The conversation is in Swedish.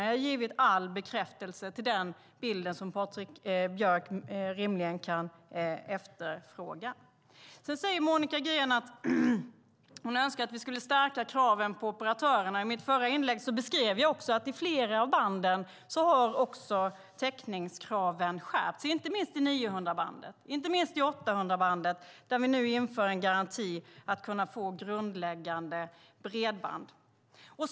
Jag har givit all bekräftelse till den bild som Patrik Björck rimligen kan efterfråga. Sedan säger Monica Green att hon önskar att vi skulle skärpa kraven på operatörerna. I mitt förra inlägg beskrev jag att i flera av banden har täckningskraven skärpts, inte minst i 900-bandet och inte minst i 800-bandet, där vi nu inför en garanti om att man ska kunna få grundläggande bredband.